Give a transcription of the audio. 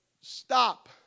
stop